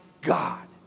God